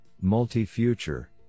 multi-future